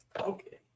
Okay